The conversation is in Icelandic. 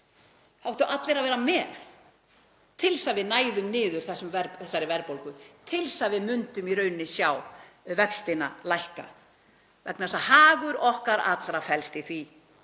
áttu allir að vera með til þess að við næðum niður þessari verðbólgu, til að við myndum í rauninni sjá vextina lækka vegna þess að hagur okkar allra felst í því.